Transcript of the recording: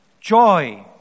joy